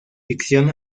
ficción